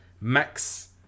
max